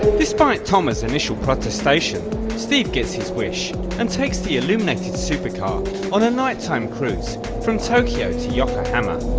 despite touma's initial protestation steve gets his wish and takes the illuminated super car on a night time cruise from tokyo to yokohama.